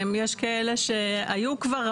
יש כאלה שהיו כבר,